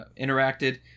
interacted